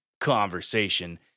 conversation